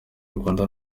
rwanda